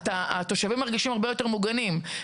התושבים מרגישים הרבה יותר מוגנים,